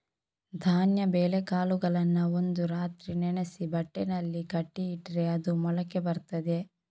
ಧಾನ್ಯ ಬೇಳೆಕಾಳುಗಳನ್ನ ಒಂದು ರಾತ್ರಿ ನೆನೆಸಿ ಬಟ್ಟೆನಲ್ಲಿ ಕಟ್ಟಿ ಇಟ್ರೆ ಅದು ಮೊಳಕೆ ಬರ್ತದೆ